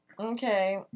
Okay